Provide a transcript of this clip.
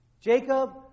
Jacob